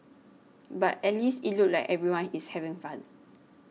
but at least it looks like everyone is having fun